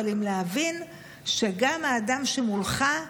אבל עם להבין שגם האדם שמולך,